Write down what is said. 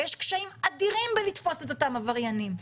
ויש קשיים אדירים לתפוס את אותם עבריינים,